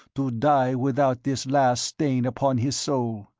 to die without this last stain upon his soul.